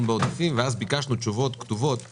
בעודפים ואז ביקשנו תשובות כתובות מהמשרדים,